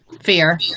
Fear